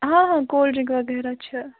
ہاں ہاں کولڈرٕنٛک وغیرہ چھِ